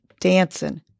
dancing